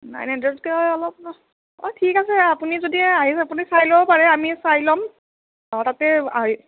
nine হাণড্ৰেদতকৈ অলপ অ' ঠিক আছে আপুনি যদি আহে আপুনি চাই ল'ব পাৰে আমি চাই ল'ম অ' তাতে আহি